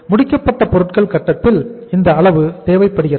முடிக்கப்பட்ட பொருட்கள் கட்டத்தில் இந்த அளவு தேவைப்படுகிறது